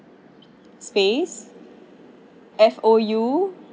space F O U